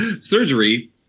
Surgery